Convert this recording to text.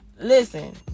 listen